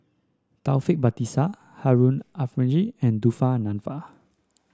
Taufik Batisah Harun Aminurrashid and Dufa Nanfa